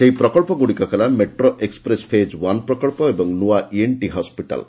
ସେହି ପ୍ରକଳ୍ପଗୁଡ଼ିକ ହେଲା ମେଟ୍ରୋ ଏକ୍ସପ୍ରେସ୍ ଫେଜ୍ ୱାନ୍ ପ୍ରକଚ୍ଚ ଓ ନୂଆ ଇଏନ୍ଟି ହସ୍କିଟାଲ୍